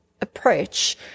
approach